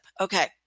Okay